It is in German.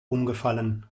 umgefallen